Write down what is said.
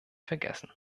vergessen